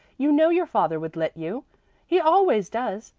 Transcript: you know your father would let you he always does.